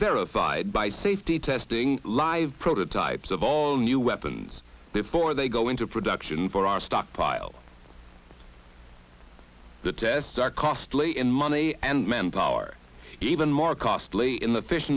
verified by safety testing live prototypes of all new weapons before they go into production for our stockpile the tests are costly in money and manpower even more costly in the fis